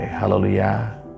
hallelujah